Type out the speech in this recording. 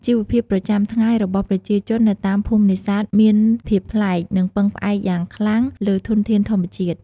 ជីវភាពប្រចាំថ្ងៃរបស់ប្រជាជននៅតាមភូមិនេសាទមានភាពប្លែក និងពឹងផ្អែកយ៉ាងខ្លាំងលើធនធានធម្មជាតិ។